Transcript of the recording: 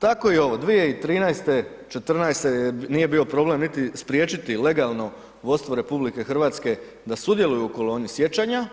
Tako i ovo, 2013., 14. nije bio problem niti spriječiti legalno vodstvo RH da sudjeluju u koloni sjećanja